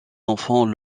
enfants